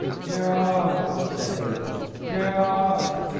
gerard! said he gerard!